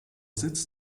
sitz